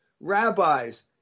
rabbis